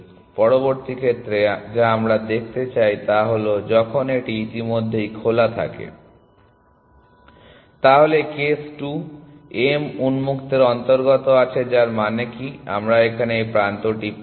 পরবর্তী ক্ষেত্রে যা আমরা দেখতে চাই তা হল যখন এটি ইতিমধ্যেই খোলা থাকে তাহলে কেস 2 m উন্মুক্তের অন্তর্গত আছে যার মানে কি আমরা এখানে এই প্রান্তটি পেয়েছি